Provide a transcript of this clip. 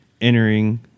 entering